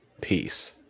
peace